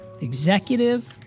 Executive